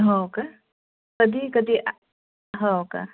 हो का कधी कधी हो का